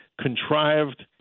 contrived